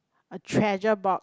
a treasure box